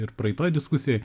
ir praeitoj diskusijoj